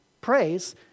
praise